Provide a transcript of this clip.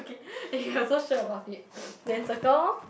okay if you're so sure about it then circle lor